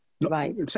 Right